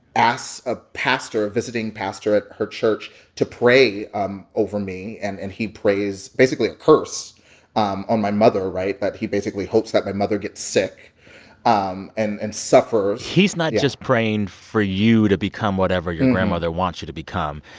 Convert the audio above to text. asks ah a visiting pastor at her church to pray um over me. and and he prays basically a curse um on my mother. right? but he basically hopes that my mother gets sick um and and suffers, yeah he's not just praying for you to become whatever your grandmother wants you to become,